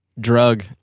drug